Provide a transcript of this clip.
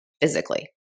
physically